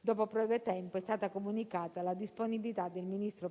Dopo breve tempo è stata comunicata la disponibilità del ministro